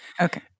Okay